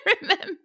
remember